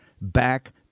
Back